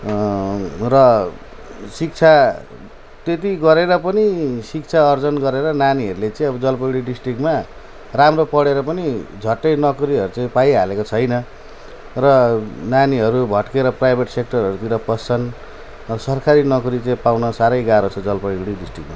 र शिक्षा त्यति गरेर पनि शिक्षा आर्जन गरेर नानीहरूले चाहिँ अब् जलपाइगुडी डिस्ट्रिक्टमा राम्रो पढेर पनि झट्टै नोकरीहरू चाहिँ पाइहालेको छैन र नानीहरू भडकेर प्राइभेट सेक्टरहरूतिर पस्छन् सरकारी नोकरी पाउन साह्रै गाह्रो छ जलपाइगुडी डिस्ट्रिक्टमा